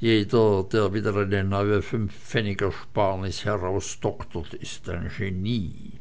jeder der wieder eine neue fünfpfennigersparnis herausdoktert ist ein genie